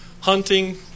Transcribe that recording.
hunting